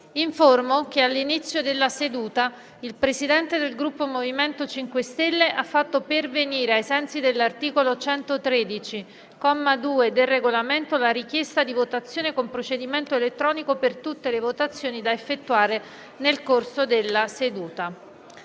che all'inizio della seduta il Presidente del Gruppo MoVimento 5 Stelle ha fatto pervenire, ai sensi dell'articolo 113, comma 2, del Regolamento, la richiesta di votazione con procedimento elettronico per tutte le votazioni da effettuare nel corso della seduta.